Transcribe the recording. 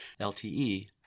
lte